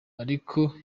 ariko